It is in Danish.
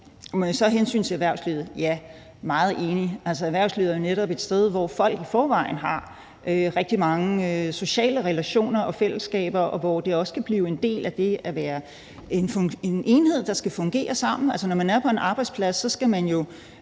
Med hensyn til erhvervslivet er jeg meget enig. Altså, erhvervslivet er netop et sted, hvor folk i forvejen har rigtig mange sociale relationer og fællesskaber, og hvor det også kan blive en del af det at være en enhed, der skal fungere sammen. På en arbejdsplads er der mange